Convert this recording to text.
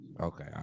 Okay